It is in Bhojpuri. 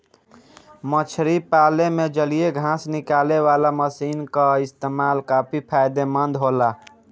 मछरी पाले में जलीय घास निकालेवाला मशीन क इस्तेमाल काफी फायदेमंद होला